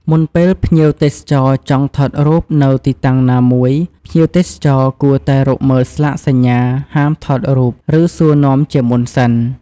មុនពេលភ្ញៀវទេសចរចង់ថតរូបនៅទីតាំងណាមួយ ភ្ញៀវទេសចរគួរតែរកមើលស្លាកសញ្ញា "ហាមថតរូប" ឬសួរនាំជាមុនសិន។